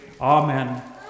Amen